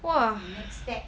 !wah!